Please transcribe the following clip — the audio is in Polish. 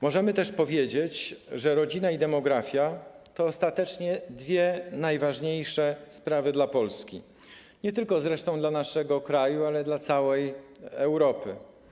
Możemy też powiedzieć, że rodzina i demografia to ostatecznie dwie najważniejsze sprawy dla Polski, nie tylko zresztą dla naszego kraju, ale też dla całej Europy.